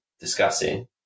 discussing